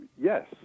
Yes